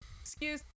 excuse